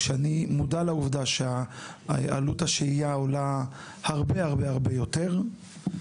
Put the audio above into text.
כשאני מודע לעובדה שעלות השהייה עולה הרבה הרבה הרבה יותר.